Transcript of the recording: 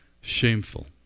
shameful